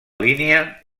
línia